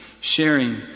sharing